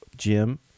Jim